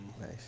Nice